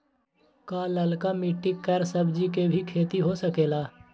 का लालका मिट्टी कर सब्जी के भी खेती हो सकेला?